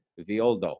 Violdo